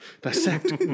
dissect